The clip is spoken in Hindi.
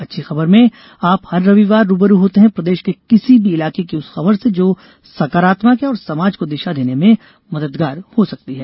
अच्छी खबर में आप हर रविवार रू ब रू होते हैं प्रदेश के किसी भी इलाके की उस खबर से जो सकारात्मक है और समाज को दिशा देने में मददगार हो सकती है